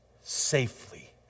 safely